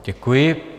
Děkuji.